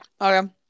Okay